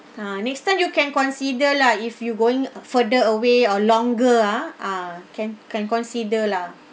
ah next time you can consider lah if you going uh further away or longer ah ah can can consider lah